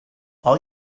all